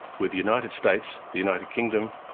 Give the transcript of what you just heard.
with the united states, the united kingdom,